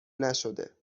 نشده